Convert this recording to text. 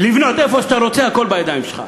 לבנות בכל מקום שאתה רוצה, הכול בידיים שלך.